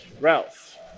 Ralph